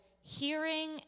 hearing